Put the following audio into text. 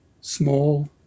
small